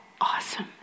awesome